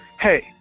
hey